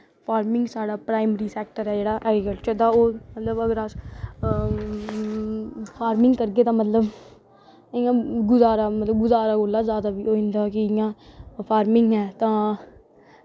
farming साढ़ै primary sector ऐ जेह्ड़ा ऐग्रीकल्चर दा ओह् फार्मिंग करगे तां मतलब इ'यां गुजारा मतलब इ'यां गुजारै कोला दा जैदा होई जंदा फार्मिंग ऐ तां